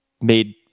made